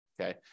Okay